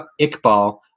Iqbal